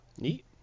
Neat